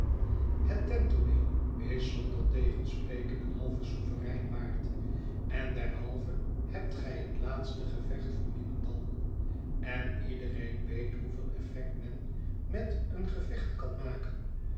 het tenttooneel is zonder tegenspreken een halven souverein waard en derhalve hebt gij het laatste gevecht voor niemendal en iedereen weet hoeveel effect men met een gevecht kanmaken een